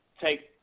take